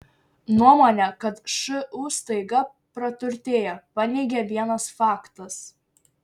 nuomonę kad šu staiga praturtėjo paneigė vienas faktas